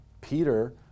Peter